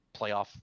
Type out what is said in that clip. playoff